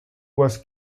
was